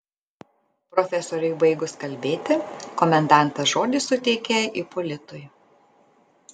profesoriui baigus kalbėti komendantas žodį suteikė ipolitui